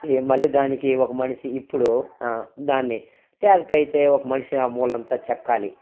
మళ్ళీ దానికి ఒక మనిషి ఇప్పడు దాన్ని ట్యాక్టర్ అయితే ఒక మనిషి ఆ మూలంతా చెక్కాలి